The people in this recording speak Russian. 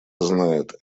знают